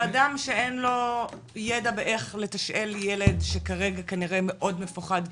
אדם שאין לו ידע איך לתשאל ילד שכרגע כנראה מאוד מפוחד,